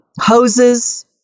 hoses